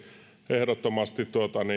ehdottomasti